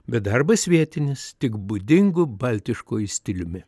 bet darbas vietinis tik būdingu baltiškuoju stiliumi